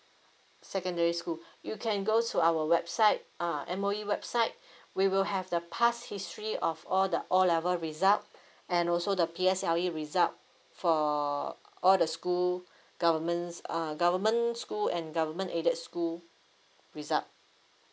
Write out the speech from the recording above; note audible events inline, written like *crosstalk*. secondary school you can go to our website uh M_O_E website *breath* we will have the past history of all the O level result *breath* and also the P_S_L_E result for all the school *breath* governments uh government school and government aided school result